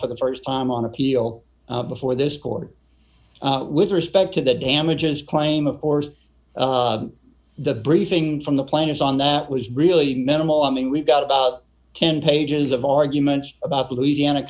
for the st time on appeal before this court with respect to the damages claim of course the briefing from the plaintiffs on that was really minimal d i mean we've got about ten pages of arguments about the louisiana